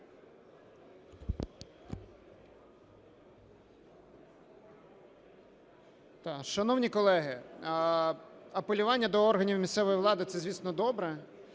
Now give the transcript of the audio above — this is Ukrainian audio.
Шановні колеги, апелювання до органів місцевої влади – це, звісно, добре,